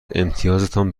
امتیازتان